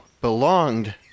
belonged